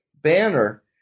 banner